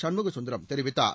சண்முகசுந்தரம் தெரிவித்தார்